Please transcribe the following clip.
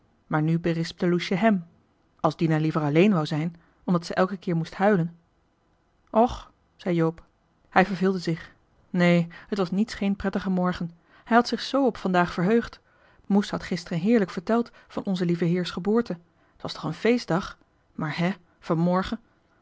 maar nu berispte loesje hèm als dina liever alleen wou zijn omdat ze elke keer moest huilen och zei joop hij verveelde zich nee t was niets geen prettige morgen hij had zich z op vandaag verheugd moes had gisteren heerlijk verteld van onze lieve heer's geboorte t was toch een feestdag maar hè van